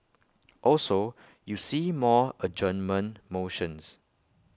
also you see more adjournment motions